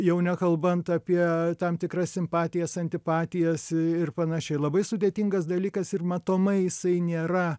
jau nekalbant apie tam tikras simpatijas antipatijas ir panašiai labai sudėtingas dalykas ir matomai jisai nėra